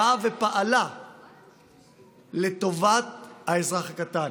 פעלה לטובת האזרח הקטן,